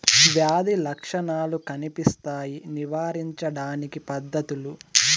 వ్యాధి లక్షణాలు కనిపిస్తాయి నివారించడానికి పద్ధతులు?